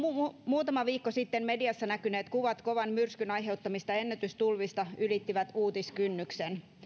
muutama viikko sitten mediassa näkyneet kuvat kovan myrskyn aiheuttamista ennätystulvista ylittivät uutiskynnyksen